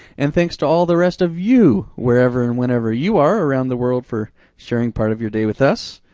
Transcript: and thanks to all the rest of you, wherever and whenever you are around the world for sharing part of your day with us.